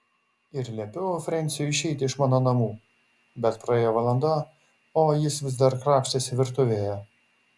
ir liepiau frensiui išeiti iš mano namų bet praėjo valanda o jis vis dar krapštėsi virtuvėje